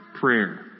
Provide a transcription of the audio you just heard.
Prayer